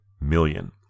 million